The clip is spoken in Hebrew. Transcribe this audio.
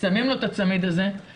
שמים לו את הצמיד הזה,